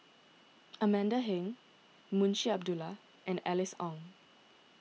Amanda Heng Munshi Abdullah and Alice Ong